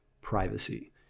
privacy